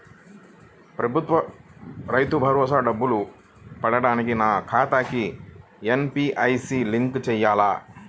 ప్రభుత్వ రైతు భరోసా డబ్బులు పడటానికి నా ఖాతాకి ఎన్.పీ.సి.ఐ లింక్ చేయాలా?